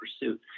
Pursuit